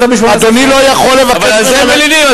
אבל על זה מלינים,